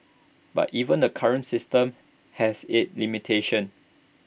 but even the current system has its limitations